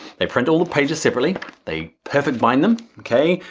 they print all the pages separately they perfect bind them, okay.